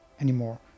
anymore